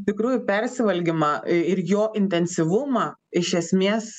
tikrųjų persivalgymą ir jo intensyvumą iš esmės